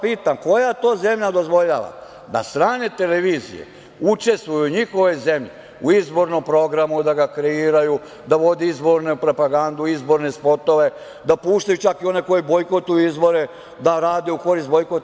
Pitam vas – koja to zemlja dozvoljava da strane televizije učestvuju u njihovoj zemlji u izbornom programu, da ga kreiraju, da vode izbornu propagandu, izborne spotove, da puštaju čak i one koji bojkotuju izbore, da rade u korist bojkota?